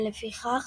ולפיכך